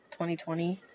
2020